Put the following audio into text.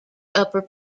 upper